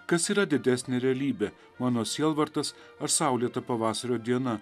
kas yra didesnė realybė mano sielvartas ar saulėta pavasario diena